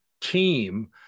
team